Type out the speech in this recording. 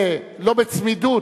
לא בצמידות,